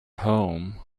home